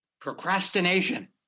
Procrastination